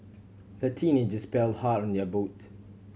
a teenagers paddled hard on their boat